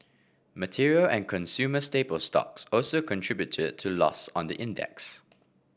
material and consumer staple stocks also contributed to loss on the index